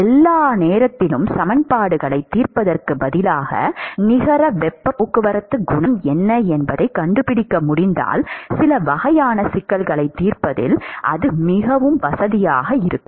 எல்லா நேரத்திலும் சமன்பாடுகளைத் தீர்ப்பதற்குப் பதிலாக நிகர வெப்பப் போக்குவரத்து குணகம் என்ன என்பதைக் கண்டுபிடிக்க முடிந்தால் சில வகையான சிக்கல்களைத் தீர்ப்பதில் அது மிகவும் வசதியாக இருக்கும்